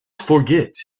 forget